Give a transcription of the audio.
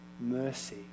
mercy